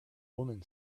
woman